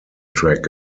track